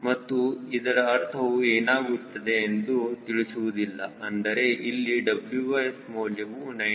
ಮತ್ತು ಇದರ ಅರ್ಥವು ಏನಾಗುತ್ತದೆ ಎಂದು ತಿಳಿಸುವುದಿಲ್ಲ ಅಂದರೆ ಇಲ್ಲಿ WS ಮೌಲ್ಯವು 97